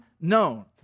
known